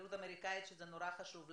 השגרירות האמריקאית, שזה מאוד חשוב לנו,